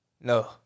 no